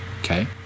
Okay